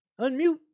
Unmute